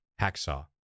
hacksaw